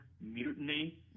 Mutiny